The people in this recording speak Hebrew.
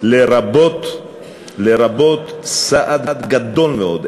לרבות סעד גדול מאוד,